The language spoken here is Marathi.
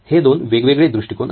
हे दोन वेगवेगळे दृष्टिकोन आहेत